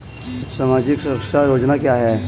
सामाजिक सुरक्षा योजना क्या है?